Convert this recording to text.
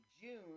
June